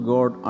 God